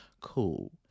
cool